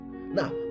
Now